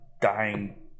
dying